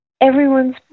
everyone's